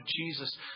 Jesus